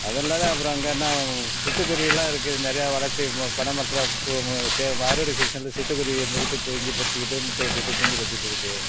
அதெல்லாம்தான் அப்புறம் அங்கேன்னா சிட்டுக்குருவியெலாம் இருக்குது நிறையா வளர்ச்சி வ பனை மரத்தில் கு மு தே வ அறுவடை சீசனில் சிட்டுக்குருவி இருந்துக்கிட்டு குஞ்சு பொரிச்சுக்கிட்டு முட்டை இட்டுக்கிட்டு குஞ்சு பொரிச்சுட்ருக்கு